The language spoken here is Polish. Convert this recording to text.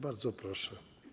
Bardzo proszę.